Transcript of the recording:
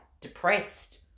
depressed